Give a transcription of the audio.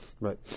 Right